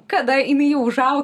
kada jinai jau užaugs